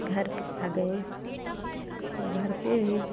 घर पर आ गए तो घर पर भी